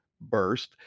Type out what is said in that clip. burst